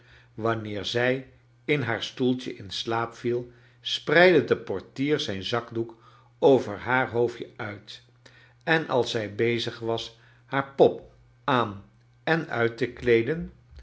wanneer zij in haar stoeltje in slaap viel spreidde de portier zijn zakdoek over haar hoofdje uit en als zij bezig was haar pop aan en uit te kleeden